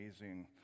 amazing